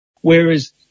Whereas